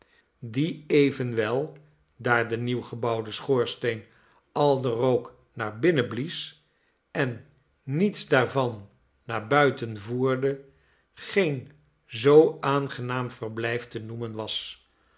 die evenwel daar de nieuw gebouwde schoorsteen al den rook naar binnen blies en niets daarvan naar buiten voerde geen zoo aangenaam verblijf te noemen was